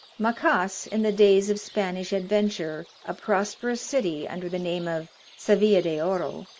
macas, in the days of spanish adventure a prosperous city under the name of sevilla de oro,